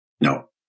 No